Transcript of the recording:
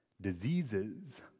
diseases